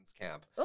camp